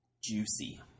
Juicy